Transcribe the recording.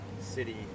City